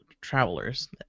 travelers